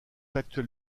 actuel